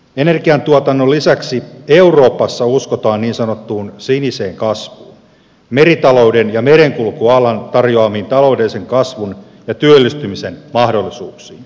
energiantuotannon lisäksi euroopassa uskotaan niin sanottuun siniseen kasvuun meritalouden ja merenkulkualan tarjoamiin taloudellisen kasvun ja työllistymisen mahdollisuuksiin